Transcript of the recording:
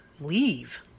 leave